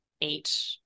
eight